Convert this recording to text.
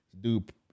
Dude